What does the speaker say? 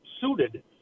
suited